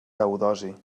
teodosi